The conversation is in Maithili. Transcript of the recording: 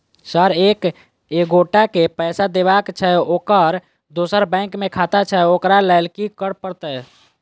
सर एक एगोटा केँ पैसा देबाक छैय ओकर दोसर बैंक मे खाता छैय ओकरा लैल की करपरतैय?